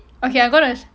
okay I'm gonna